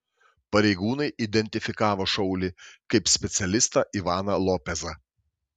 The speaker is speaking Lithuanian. pareigūnai identifikavo šaulį kaip specialistą ivaną lopezą